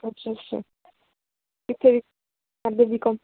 ਅੱਛਾ ਅੱਛਾ ਕਿੱਥੇ ਕਰਦੇ ਬੀਕੌਮ